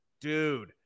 Dude